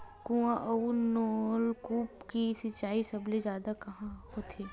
कुआं अउ नलकूप से सिंचाई सबले जादा कहां होथे?